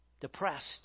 depressed